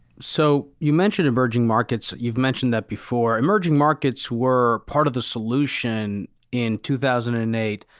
so, you mentioned emerging markets, you've mentioned that before. emerging markets were part of the solution in two thousand and eight.